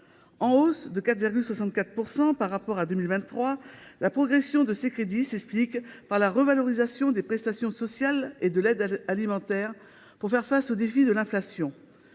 en hausse de 4,64 % par rapport à 2023, s’explique par la revalorisation des prestations sociales et de l’aide alimentaire pour faire face au défi de l’inflation.